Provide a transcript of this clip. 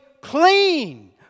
clean